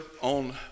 on